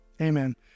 Amen